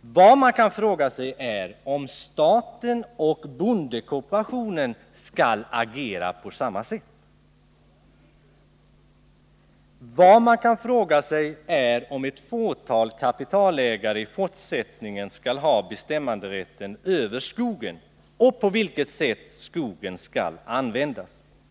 Vad man kan fråga sig är om staten och bondekooperationen skall agera på samma sätt. Vad man kan fråga sig är om ett fåtal kapitalägare i fortsättningen skall ha bestämmanderätten över skogen och på vilket sätt skogen skall användas.